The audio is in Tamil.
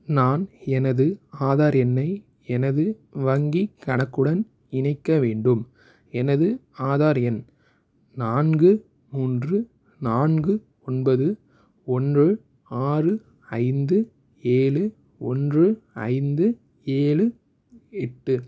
நான் எனது ஆதார் எண்ணை எனது வங்கிக் கணக்குடன் இணைக்க வேண்டும் எனது ஆதார் எண் நான்கு மூன்று நான்கு ஒன்பது ஒன்று ஆறு ஐந்து ஏழு ஒன்று ஐந்து ஏழு எட்டு